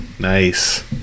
Nice